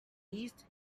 east